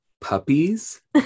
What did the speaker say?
puppies